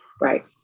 Right